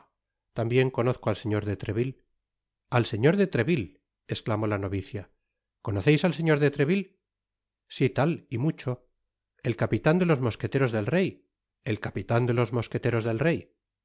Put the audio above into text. tambien conozco al señor de treville al señor de treville esclamó la novicia conoceis al señor de treville si tal y mucho el capitan de los mosqueteros del rey el capitan de los mosqueteros del rey